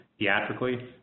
theatrically